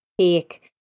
take